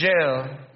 jail